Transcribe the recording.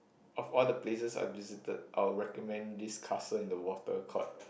of all the places I've visited I will recommend this castle in the water called